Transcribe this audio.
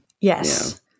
Yes